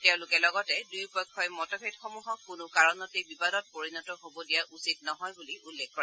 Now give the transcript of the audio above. তেওঁলোকে লগতে দুয়োপক্ষই মতভেদসমূহক কোনো কাৰণতে বিবাদত পৰিণত হ'ব দিয়া উচিত নহয় বুলি উল্লেখ কৰে